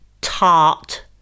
tart